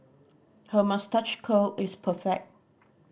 her moustache curl is perfect